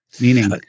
meaning